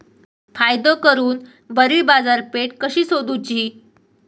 फायदो करून बरी बाजारपेठ कशी सोदुची?